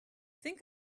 think